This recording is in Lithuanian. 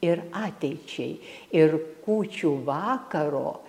ir ateičiai ir kūčių vakaro